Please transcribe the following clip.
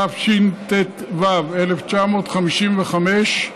התשט"ו 1955,